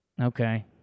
Okay